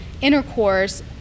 intercourse